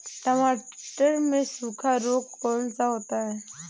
टमाटर में सूखा रोग कौन सा होता है?